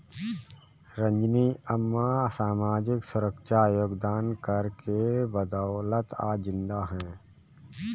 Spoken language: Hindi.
रजनी अम्मा सामाजिक सुरक्षा योगदान कर के बदौलत आज जिंदा है